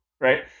right